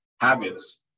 habits